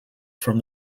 from